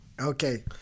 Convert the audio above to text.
Okay